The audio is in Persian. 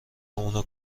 اونا